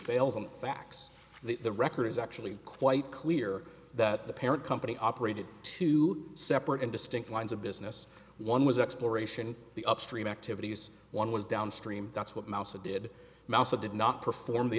that the record is actually quite clear that the parent company operated two separate and distinct lines of business one was exploration the upstream activities one was downstream that's what moussa did mousa did not perform the